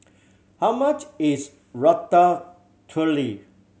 how much is Ratatouille